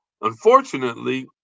Unfortunately